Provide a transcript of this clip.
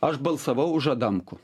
aš balsavau už adamkų